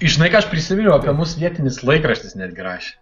žinai ką aš prisiminiau apie mus vietinis laikraštis netgi rašė